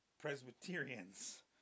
Presbyterians